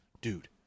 dude